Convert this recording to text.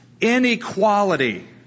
inequality